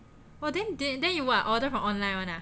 eh then then you what order from online [one] ah